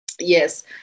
Yes